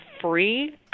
free